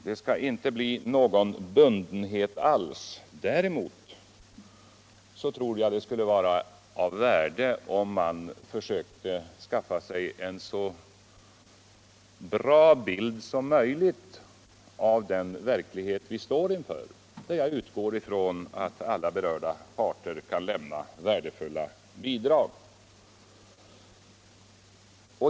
Det skall inte bli någon bundenhet alls. Däremot tror jag det skulle vara av värde om vi atla försökte skaffa oss en så bra bild som möjligt av den verklighet som vi står inför. där lag utgår från att alla berörda parter kan kimna värdefulla bidrag.